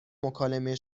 مکالمه